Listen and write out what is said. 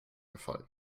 gefallen